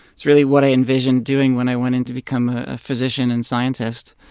it's really what i envisioned doing when i went in to become a physician and scientist.